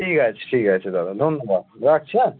ঠিক আছে ঠিক আছে দাদা ধন্যবাদ রাকছি হ্যাঁ